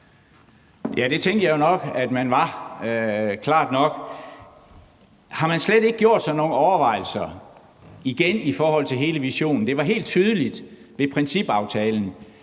Ja, det tænkte jeg jo nok man var, klart nok. Har man slet ikke gjort sig nogen overvejelser, igen i forhold til hele visionen? Det var helt tydeligt ved principaftalen,